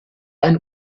ein